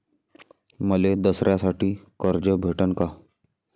मले दसऱ्यासाठी कर्ज भेटन का?